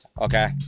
Okay